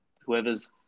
whoever's